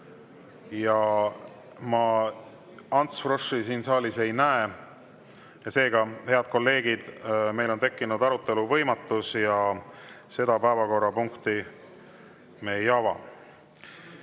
ja ma Ants Froschi siin saalis ei näe. Seega, head kolleegid, meil on tekkinud arutelu võimatus ja seda päevakorrapunkti me ei ava.